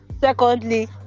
Secondly